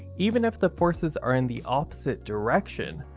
even if the forces are in the opposite direction,